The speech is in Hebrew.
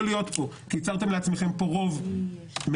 להיות פה כי יצרתם לעצמכם פה רוב מלאכותי,